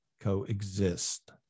coexist